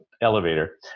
elevator